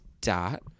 Dot